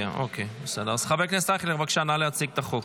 אייכלר, בבקשה, נא להציג את החוק.